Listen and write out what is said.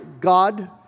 God